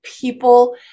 people